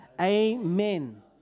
amen